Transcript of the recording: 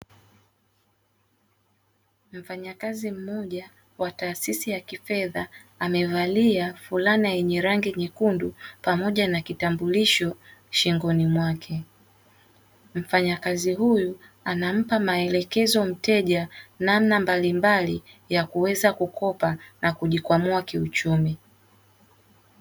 Mfanyakazi mmoja wa taasisi ya kifedha, amevalia fulana yenye rangi nyekundu pamoja na kitambulisho shingoni mwake. Mfanyakazi huyu anampa maelekezo mteja, namna mbalimbali ya kuweza kukopa na kujikwamua kiuchumi.